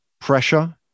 pressure